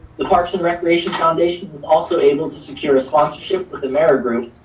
the parks and recreation foundation was also able to secure a sponsorship with amerigroup,